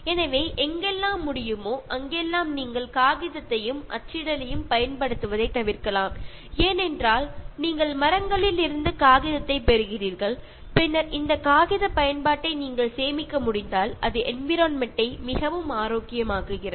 எனவே எங்கெல்லாம் முடியுமோ அங்கெல்லாம் நீங்கள் காகிதத்தையும் அச்சிடலையும் பயன்படுத்துவதைத் தவிர்க்கலாம் ஏனென்றால் நீங்கள் மரங்களிலிருந்து காகிதத்தைப் பெறுகிறீர்கள் பின்னர் இந்த காகித பயன்பாட்டை நீங்கள் சேமிக்க முடிந்தால் இது என்விரான்மென்ட் டை மிகவும் ஆரோக்கியமாக்குகிறது